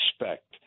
respect